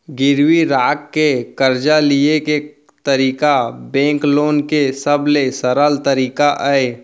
गिरवी राख के करजा लिये के तरीका बेंक लोन के सबले सरल तरीका अय